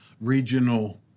regional